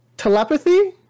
telepathy